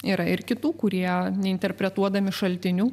yra ir kitų kurie neinterpretuodami šaltinių